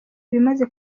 ibimaze